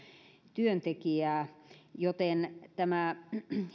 työntekijää joten tämä